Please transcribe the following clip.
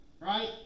right